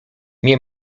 mnie